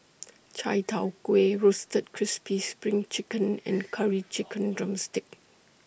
Chai Tow Kuay Roasted Crispy SPRING Chicken and Curry Chicken Drumstick